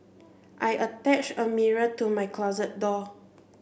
I attached a mirror to my closet door